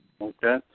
Okay